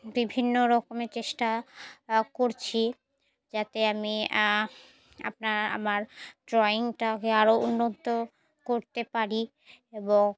বিভিন্ন রকমের চেষ্টা করছি যাতে আমি আপনার আমার ড্রয়িংটাকে আরও উন্নত করতে পারি এবং